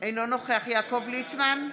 אינו נוכח יעקב ליצמן,